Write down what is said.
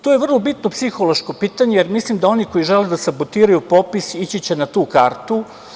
To je vrlo bitno psihološko pitanje, jer mislim da oni koji žele da sabotiraju popis ići će na tu kartu.